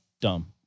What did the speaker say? dumb